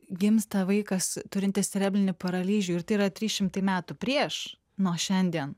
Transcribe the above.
gimsta vaikas turintis cerebrinį paralyžių ir tai yra trys šimtai metų prieš nuo šiandien